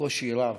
בקושי רב,